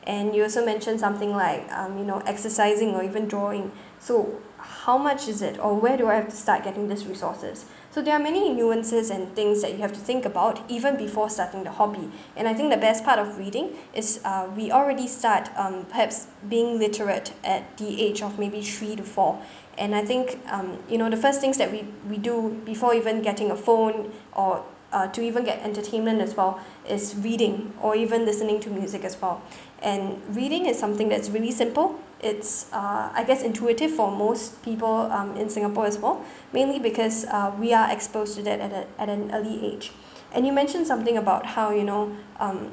and you also mentioned something like um you know exercising or even drawing so how much is it or where do I have to start getting this resources so there are many nuances and things that you have to think about even before starting the hobby and I think the best part of reading is uh we already start um perhaps being literate at the age of maybe three to four and I think um you know the first things that we we do before even getting a phone or uh to even get entertainment as well is reading or even listening to music as well and reading is something that is really simple it's uh I guess intuitive for most people um in singapore as well mainly because uh we are exposed to that at the at an early age and you mentioned something about how you know um